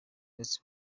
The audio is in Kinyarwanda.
ndetse